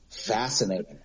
fascinating